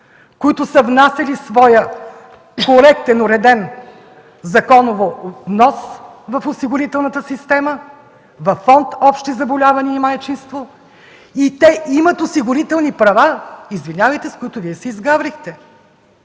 които са внасяли своя коректен, законово уреден внос в осигурителната система, във Фонд „Общи заболявания и майчинство” и те имат осигурителни права, извинявайте, с които Вие се изгаврихте.